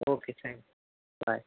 okay thanks bye